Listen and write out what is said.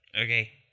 Okay